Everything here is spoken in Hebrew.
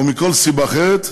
או מכל סיבה אחרת,